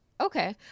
Okay